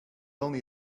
only